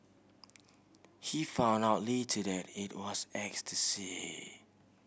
he found out later that it was ecstasy